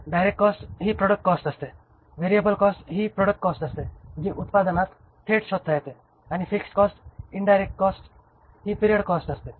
direct cost ही product cost असते variable cost ही प्रॉडक्ट कॉस्ट असते जी उत्पादनास थेट शोधता येते आणि फिक्स्ड कॉस्ट इंडिरेक्ट कॉस्ट ही पिरियड कॉस्ट असते